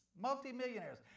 Multi-millionaires